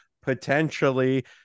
potentially